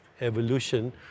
evolution